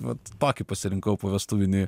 vat tokį pasirinkau povestuvinį